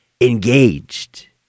engaged